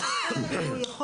כי בזה הוא,